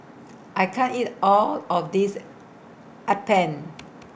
I can't eat All of This Appam